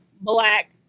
black